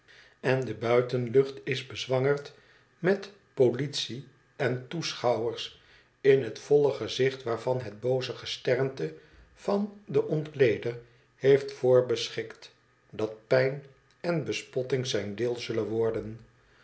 en de buitenlucht is bezwangerd met politie en toeschouwers in het volle gezicht waarvan het booze gesternte van den ontleder heeft voorbeschikt dat pijn en bespotting zijn deel zullen worden